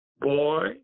boy